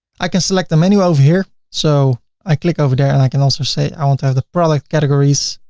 i can select the menu over here. so i click over there and i can also say i want have the product categories